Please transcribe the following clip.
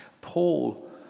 Paul